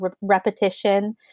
repetition